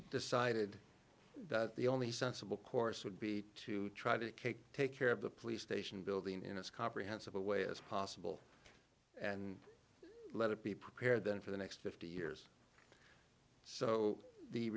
decided that the only sensible course would be to try to take care of the police station building you know as comprehensive a way as possible and let it be prepared then for the next fifty years so the